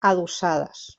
adossades